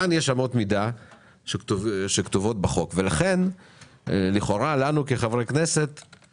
כאן יש אמות מידה שכתובות בחוק ולכן לכאורה לנו כחברי כנסת,